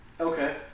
Okay